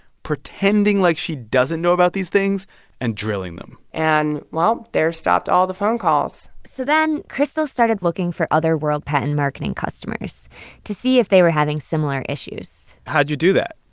pretending like she doesn't know about these things and drilling them and, well, there stopped all the phone calls so then crystal started looking for other world patent marketing customers to see if they were having similar issues how'd you do that?